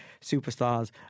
superstars